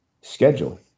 schedule